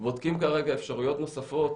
בודקים כרגע אפשרויות נוספות